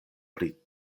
pri